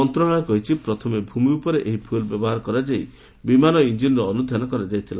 ମନ୍ତ୍ରଣାଳୟ କହିଛି ପ୍ରଥମେ ଭୂମି ଉପରେ ଏହି ଫୁଏଲ୍ ବ୍ୟବହାର କରାଯାଇ ବିମାନ ଇଞ୍ଜିନ୍ର ଅନୁଧ୍ୟାନ କରାଯାଇଥିଲା